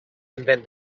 invent